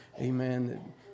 Amen